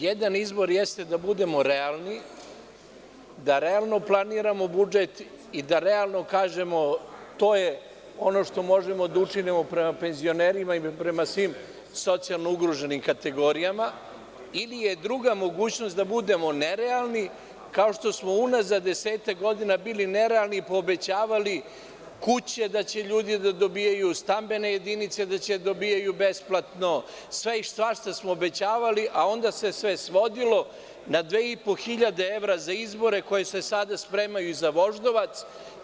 Jedan izbor jeste da budemo realni, da realno planiramo budžet i da realno kažemo to je ono što možemo da učinimo prema penzionerima, prema svim socijalno ugroženim kategorijama, ili je druga mogućnost da budemo nerealni kao što smo unazad 10 godina bili nerealni, obećavali ljudima kuće, stambene jedinice besplatno, sve i svašta smo obećavali, a onda se sve svodilo na 2.500 evra za izbore koji se sada spremaju za Voždovac.